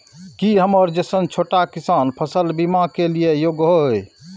की हमर जैसन छोटा किसान फसल बीमा के लिये योग्य हय?